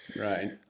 Right